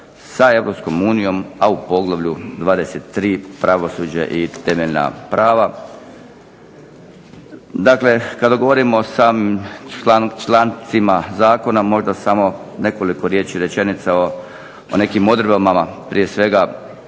unijom, a u poglavlju 23.-Pravosuđe i temeljna prava. Dakle, kada govorimo o člancima zakona možda samo nekoliko riječi, rečenica o nekim odredbama. Prije svega